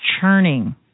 churning